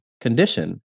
condition